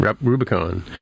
Rubicon